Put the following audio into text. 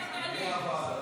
בבקשה,